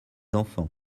enfants